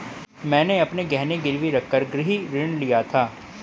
मैंने अपने गहने गिरवी रखकर गृह ऋण लिया था